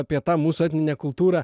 apie tą mūsų etninę kultūrą